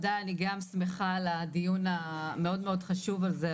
אני גם שמחה על הדיון המאוד חשוב הזה,